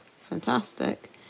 fantastic